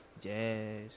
jazz